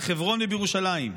בחברון ובירושלים.